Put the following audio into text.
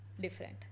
different